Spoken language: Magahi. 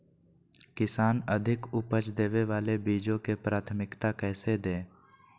किसान अधिक उपज देवे वाले बीजों के प्राथमिकता कैसे दे?